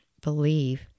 believe